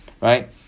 right